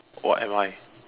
what am I